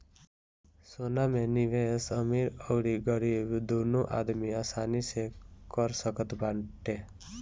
सोना में निवेश अमीर अउरी गरीब दूनो आदमी आसानी से कर सकत बाटे